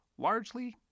largely